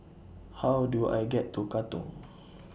How Do I get to Katong